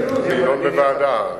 התנגדות לוועדה.